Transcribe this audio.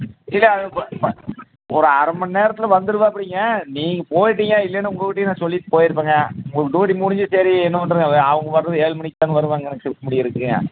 இல்லை ஒரு அரை மணி நேரத்தில் வந்துருவாப்படிங்க நீங்கள் போய்ட்டிங்க இல்லைன்னா உங்கள் கிட்டேயும் நான் சொல்லிவிட்டு போய்ருப்பேங்க உங்களுக்கு டூட்டி முடிஞ்சு சரி என்ன பண்ணுறது அவங்க வரது ஏழு மணிக்கு தாங்க வருவாங்க ஷிஃப்ட் முடியிறதுக்கு